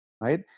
right